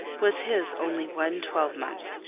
was his only one twelvemonth.